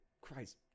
Christ